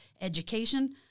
education